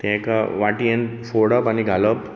तांकां वाट्येंत फोडप आनी घालप